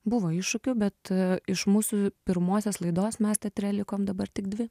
buvo iššūkių bet iš mūsų pirmosios laidos mes teatre likom dabar tik dvi